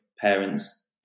parents